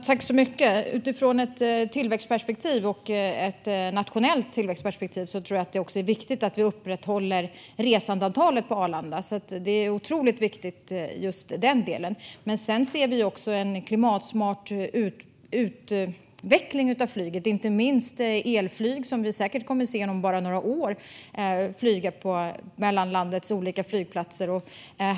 Fru talman! Utifrån ett tillväxtperspektiv och ett nationellt tillväxtperspektiv tror jag att det också är viktigt att vi upprätthåller resandeantalet på Arlanda. Det är otroligt viktigt med just den delen. Sedan ser vi också en klimatsmart utveckling av flyget, inte minst elflyg som vi säkert inom bara några år kommer att se flyga mellan landets olika flygplatser.